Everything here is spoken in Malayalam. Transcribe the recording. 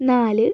നാല്